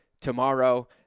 tomorrow